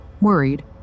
Worried